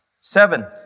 Seven